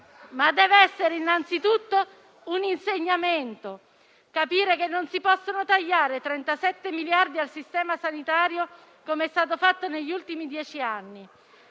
ma deve essere innanzitutto un insegnamento: capire che non si possono tagliare 37 miliardi di euro al sistema sanitario come è stato fatto negli ultimi dieci anni,